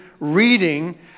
reading